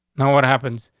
know what happens?